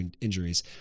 injuries